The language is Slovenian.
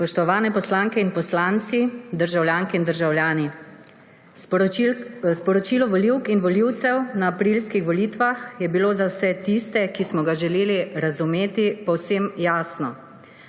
Spoštovani poslanke in poslanci, državljanke in državljani! Sporočilo volivk in volivcev na aprilskih volitvah je bilo za vse tiste, ki smo ga želeli razumeti, povsem jasno.